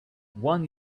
one